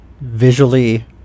visually